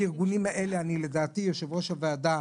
לדעתי יושבת ראש הוועדה,